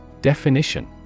Definition